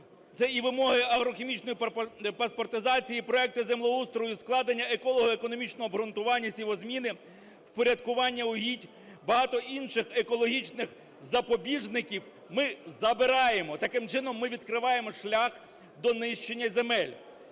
Це і вимоги агрохімічної паспортизації, і проекти землеустрою, складення еколого-економічного обґрунтування сівозміни, впорядкування угідь, багато інших екологічних запобіжників ми забираємо, таким чином ми відкриваємо шлях до нищення земель.